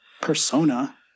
persona